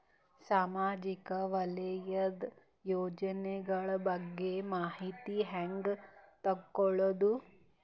ಸಾಮಾಜಿಕ ವಲಯದ ಯೋಜನೆಗಳ ಬಗ್ಗೆ ಮಾಹಿತಿ ಹ್ಯಾಂಗ ತಿಳ್ಕೊಳ್ಳುದು?